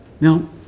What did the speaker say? Now